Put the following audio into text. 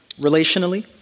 Relationally